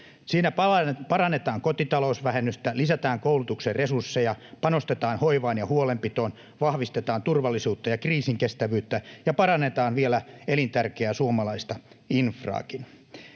Siinä parannetaan kotitalousvähennystä, lisätään koulutuksen resursseja, panostetaan hoivaan ja huolenpitoon, vahvistetaan turvallisuutta ja kriisinkestävyyttä ja parannetaan vielä elintärkeää suomalaista infraakin.